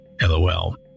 LOL